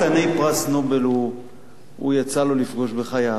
אני לא יודע כמה חתני פרס נובל יצא לו לפגוש בחייו,